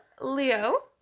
Leo